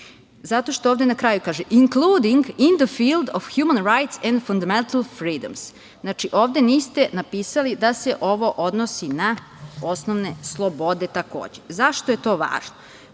zato što ovde na kraju kaže "including in the field of human rights and fundamental freedoms". Znači, ovde niste napisali da se ovo odnosi na osnovne slobode, takođe.Zašto je to važno?